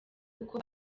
kuko